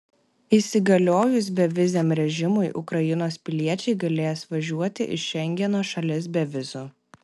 įsigaliojus beviziam režimui ukrainos piliečiai galės važiuoti į šengeno šalis be vizų